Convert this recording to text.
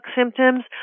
symptoms